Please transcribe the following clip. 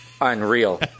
Unreal